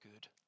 good